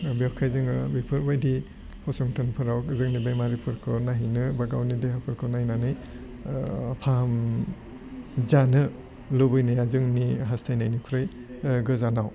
बेखाय जोङो बेफोरबायदि फसंथानफ्राव जोंनि बेमारिफोरखौ नायहैनो बा गावनि देहाफोरखौ नायनानै फाहाम जानो लुबैनाया जोंनि हास्थायनायनिख्रुइ गोजानाव